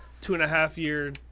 two-and-a-half-year